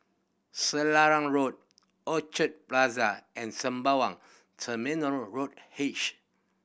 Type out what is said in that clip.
Selarang Road Orchard Plaza and Sembawang Terminal Road H